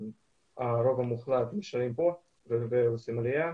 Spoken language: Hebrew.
הרוב המוחלט, נשארים כאן ועושים עלייה.